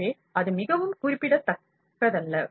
எனவே அது மிகவும் குறிப்பிடத்தக்கதல்ல